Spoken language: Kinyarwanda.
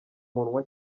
munwa